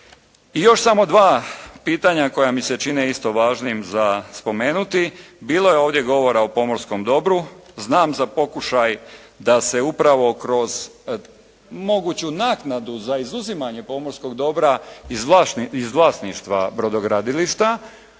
I još samo dva pitanja koja mi se čine isto važnim za spomenuti, bilo je ovdje govora o pomorskom dobru. Znam za pokušaj da se upravo kroz moguću naknadu za izuzimanje pomorskog dobra iz vlasništva brodogradilišta